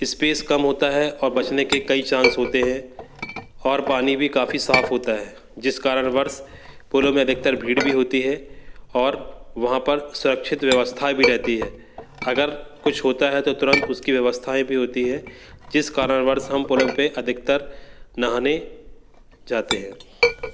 space कम होता है और बचने के कई चांस होते हैं और पानी भी काफ़ी साफ होता है जिस कारण वर्ष पुलों में अधिकतर भीड़ भी होती है और वहाँ पर सुरक्षित व्यवस्था भी रहती है अगर कुछ होता है तो तुरंत उसकी व्यवस्थाएँ भी होती है जिस कारण वर्ष हम पुलों पर अधिकतर नहाने जाते हैं